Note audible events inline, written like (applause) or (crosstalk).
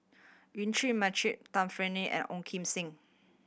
Yuen Peng McNeice Tan Fern (unintelligible) and Ong Kim Seng